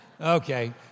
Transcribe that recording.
Okay